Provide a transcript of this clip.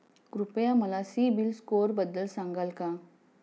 कृपया मला सीबील स्कोअरबद्दल सांगाल का?